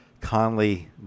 Conley